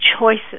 choices